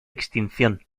extinción